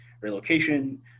relocation